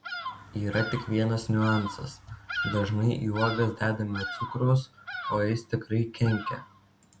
yra tik vienas niuansas dažnai į uogas dedame cukraus o jis tikrai kenkia